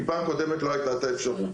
פעם קודמת לא הייתה את האפשרות.